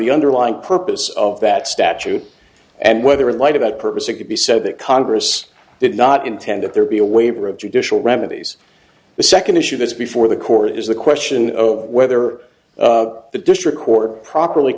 the underlying purpose of that statute and whether in light about purpose it could be said that congress did not intend that there be a waiver of judicial remedies the second issue this before the court is the question of whether the district court properly